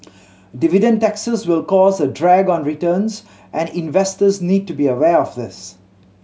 dividend taxes will cause a drag on returns and investors need to be aware of this